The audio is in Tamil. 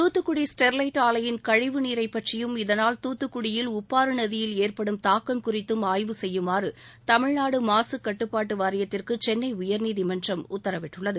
தூத்துக்குடி ஸ்டெர்லைட் ஆலையின் கழிவு நீரைப்பற்றியும் இதனால் தூத்துக்குடியில் உப்பாறு நதியில் ஏற்படும் தாக்கம் குறித்தும் ஆய்வு செய்யுமாறு தமிழ்நாடு மாசு கட்டுப்பாட்டு வாரியத்திற்கு சென்னை உயர்நீதிமன்றம் உத்தரவிட்டுள்ளது